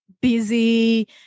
busy